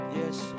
yes